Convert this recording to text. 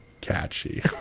catchy